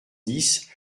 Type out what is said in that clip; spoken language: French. dix